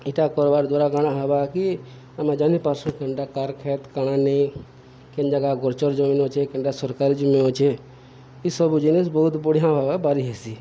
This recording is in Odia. ଇଟା କର୍ବାର୍ ଦ୍ୱାରା କାଣା ହେବା କି ଆମେ ଜାନି ପାର୍ସୁଁ କେନ୍ଟା କାର୍ କ୍ଷେତ୍ କାଣା ନେଇ କେନ୍ ଜାଗା ଗୋଚର୍ ଜମି ଅଛେ କେନ୍ଟା ସରକାରୀ ଜମି ଅଛେ ଇସବୁ ଜିନିଷ୍ ବହୁତ୍ ବଢ଼ିଆଁ ଭାବେ ବାରିହେସି